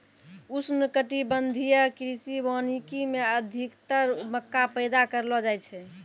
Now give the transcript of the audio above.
उष्णकटिबंधीय कृषि वानिकी मे अधिक्तर मक्का पैदा करलो जाय छै